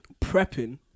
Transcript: prepping